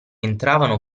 entravano